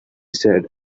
said